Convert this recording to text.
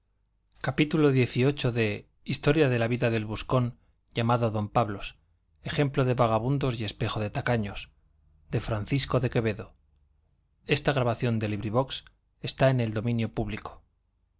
gutenberg ebook historia historia de la vida del buscón llamado don pablos ejemplo de vagamundos y espejo de tacaños de francisco de quevedo y villegas libro primero capítulo i en que